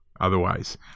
Otherwise